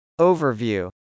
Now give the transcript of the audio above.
Overview